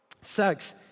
sex